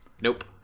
Nope